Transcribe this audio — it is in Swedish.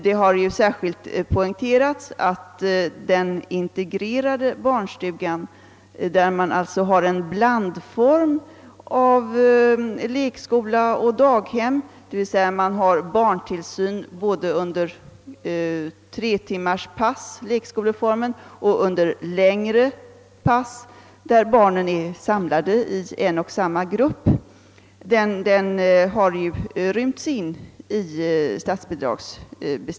Det har ju särskilt understrukits att statsbidragsbestämmelserna även gäller den integrerade barnstugan, som utgör en blandform av lekskola och daghem, med barntillsyn både under tretimmarspass, alltså lekskoleformen, och under längre pass, daghemsformen, med barnen samlade i en och samma grupp.